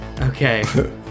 Okay